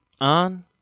on